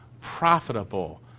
Profitable